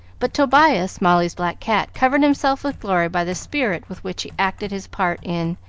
but tobias, molly's black cat, covered himself with glory by the spirit with which he acted his part in,